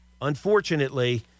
unfortunately